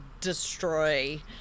destroy